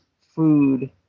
food